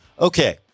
Okay